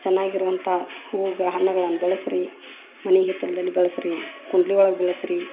ಚೆನ್ನಾಗಿರುವಂಥ ಹೂಗ್ ಹಣ್ಣುಗಳನ್ನ ಬೆಳಸ್ರಿ ಮನೆ ಹಿತ್ತಲ್ದಲ್ಲಿ ಬೆಳಸ್ರಿ ಕುಂಡ್ಲಿ ಒಳಗ ಬೆಳಸ್ರಿ